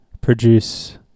produce